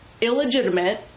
illegitimate